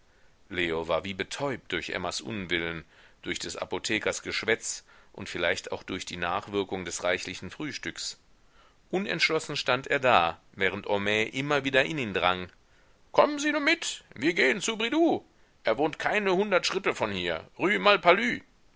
leo war wie betäubt durch emmas unwillen durch des apothekers geschwätz und vielleicht auch durch die nachwirkung des reichlichen frühstücks unentschlossen stand er da während homais immer wieder in ihn drang kommen sie nur mit wir gehn zu bridoux er wohnt keine hundert schritte von hier rue malpalu